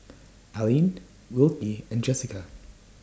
Alline Wilkie and Jessica